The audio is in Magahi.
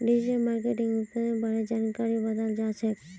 डिजिटल मार्केटिंगत उत्पादेर बारे जानकारी बताल जाछेक